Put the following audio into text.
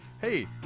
hey